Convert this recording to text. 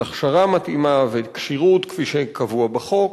הכשרה מתאימה וכשירות כפי שקבוע בחוק.